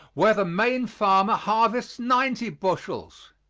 where the maine farmer harvests ninety bushels.